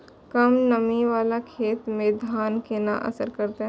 कम नमी वाला खेत में धान केना असर करते?